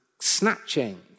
snatching